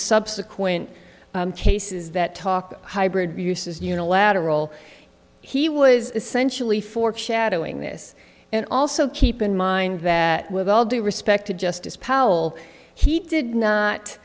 subsequent cases that talk hybrid uses unilateral he was essentially foreshadowing this and also keep in mind that with all due respect to justice powell he did